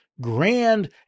grand